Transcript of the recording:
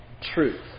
Truth